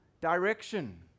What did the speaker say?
direction